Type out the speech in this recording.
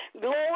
Glory